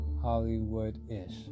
Hollywood-ish